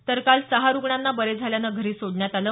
तर काल सहा रुग्णांना बरे झाल्यानं घरी सोडण्यात आलं